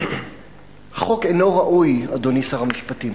החוק אינו ראוי, אדוני שר המשפטים.